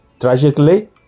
Tragically